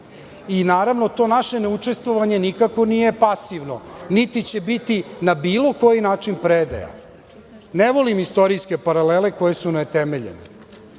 Naravno, to naše neučestvovanje nikako nije pasivno, niti će biti na bilo koji način predaja. Ne volim istorijske paralele koje su neutemeljene.